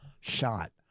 shot